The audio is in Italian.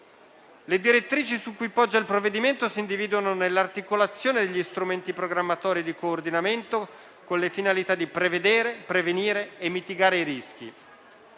Le direttrici su cui poggia il provvedimento si individuano nell'articolazione degli strumenti programmatori di coordinamento con le finalità di prevedere, prevenire e mitigare i rischi.